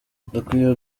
dukwiye